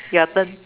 your turn mm